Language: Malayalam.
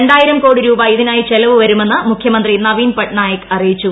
രണ്ടായിരം കോടി രൂപ ഇതിനായി ചെലവു വരുമെന്ന് മുഖ്യമന്ത്രി നവീൻ പട്നായിക് അറിയിച്ചു